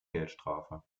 geldstrafe